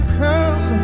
come